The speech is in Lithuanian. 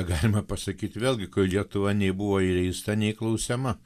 galime pasakyt vėlgi kur lietuva nei buvo įleista nei klausiama